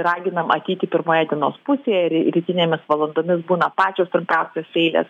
raginam ateiti pirmoje dienos pusėje ir rytinėmis valandomis būna pačios trumpiausios eilės